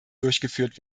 durchgeführt